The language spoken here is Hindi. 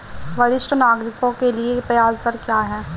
वरिष्ठ नागरिकों के लिए ब्याज दर क्या हैं?